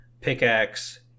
pickaxe